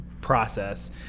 process